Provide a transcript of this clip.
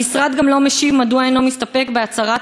המשרד גם לא משיב מדוע אינו מסתפק בהצהרת